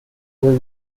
were